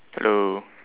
hello